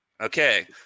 Okay